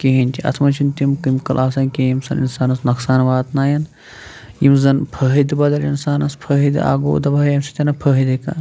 کِہیٖنۍ تہِ اَتھ منٛز چھِنہٕ تِم کیمِکل آسان کینٛہہ ییٚمہِ سۭتۍ اِنسانَس نۄقصان واتنایَن یِم زَن فٲہدٕ بَدل اِنسانَس فٲہدٕ اَکھ گوٚو دَپہ ہے ییٚمہِ سۭتۍ نہٕ فٲہِدٕ کانٛہہ